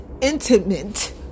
intimate